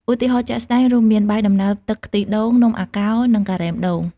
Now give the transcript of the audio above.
ឧទាហរណ៍ជាក់ស្ដែងរួមមាន បាយដំណើបទឹកខ្ទិះដូង នំអាកោរ និង ការ៉េមដូង។